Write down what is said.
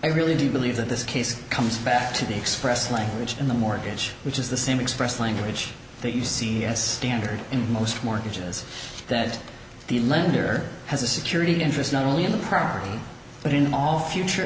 i really do believe that this case comes back to the expressed language in the mortgage which is the same expressed language that you see as standard in most mortgages that the lender has a security interest not only on the property but in all future